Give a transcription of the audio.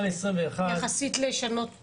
יחסית לשנים קודמות.